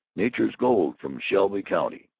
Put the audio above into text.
nature's gold, from shelby county,